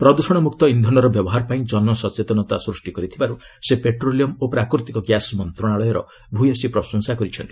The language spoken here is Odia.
ପ୍ରଦୃଷଣମୁକ୍ତ ଇନ୍ଧନର ବ୍ୟବହାର ପାଇଁ ଜନସଚେତନତା ସ୍ୱଷ୍ଟି କରିଥିବାର୍ତ ସେ ପେଟ୍ରୋଲିମ ଓ ପ୍ରାକୃତିକ ଗ୍ୟାସ୍ ମନ୍ତ୍ରଣାଳୟର ଭୟସୀ ପ୍ରଶଂସା କରିଛନ୍ତି